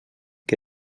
que